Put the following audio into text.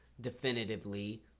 definitively